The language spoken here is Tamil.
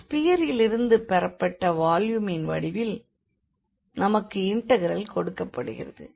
ஸ்பியரிலிருந்து பெறப்பட்ட வால்யூமின் வடிவில் நமக்கு இண்டெக்ரல் கொடுக்கப்படுகிறது